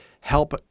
help